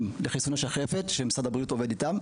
לחיסון נגד שחפת שמשדר הבריאות עובד איתם.